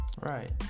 Right